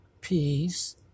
peace